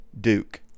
duke